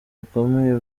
bikomeye